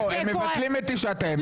לא, הם מבטלים את תשעת הימים.